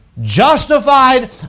justified